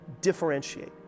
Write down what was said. differentiate